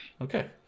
okay